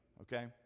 okay